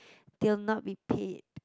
they'll not be paid